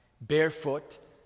barefoot